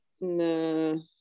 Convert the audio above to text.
No